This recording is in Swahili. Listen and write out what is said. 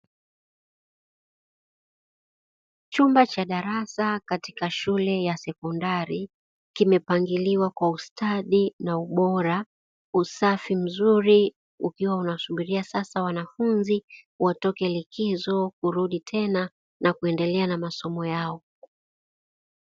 Chumba cha darasa katika shule ya sekondari; kimepangiliwa kwa ustadi na ubora, usafi mzuri; ukiwa unasubiria sasa wanafunzi watoka likizo kurudi tena na kuendelea na masomo yao.